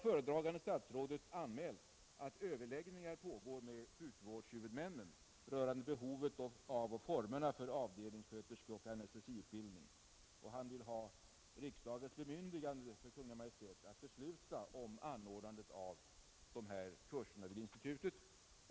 Föredragande statsrådet har anmält att överläggningar pågår med sjukvårdshuvudmännen rörande behovet av och formerna för avdelningssköterskeoch anestesiutbildning. Han vill ha riksdagens bemyndigande för Kungl. Maj:t att besluta om anordnande av dessa kurser vid institutet.